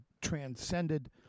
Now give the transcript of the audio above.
transcended